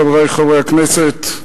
חברי חברי הכנסת,